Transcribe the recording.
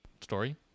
story